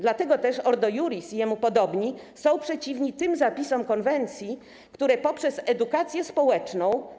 Dlatego też Ordo Iuris i jemu podobni są przeciwni tym zapisom konwencji, których celem jest promowanie równościowych zachowań poprzez edukację społeczną.